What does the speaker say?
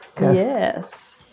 Yes